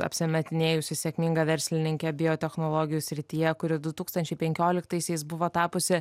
apsimetinėjusi sėkminga verslininke biotechnologijų srityje kuri du tūkstančiai penkioliktaisiais buvo tapusi